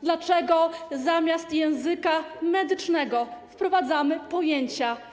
Dlaczego zamiast języka medycznego wprowadzamy pojęcia magiczne?